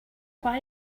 why